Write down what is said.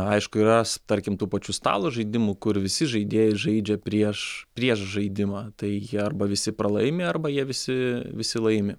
aišku yra tarkim tų pačių stalo žaidimų kur visi žaidėjai žaidžia prieš prieš žaidimą tai jie arba visi pralaimi arba jie visi visi laimi